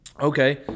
Okay